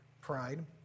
pride